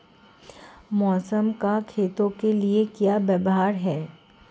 मौसम का खेतों के लिये क्या व्यवहार है?